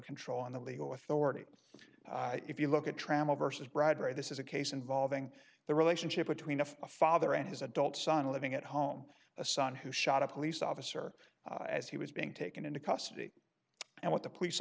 control on the legal authority if you look at travel versus bradbury this is a case involving the relationship between a father and his adult son living at home a son who shot a police officer as he was being taken into custody and what the police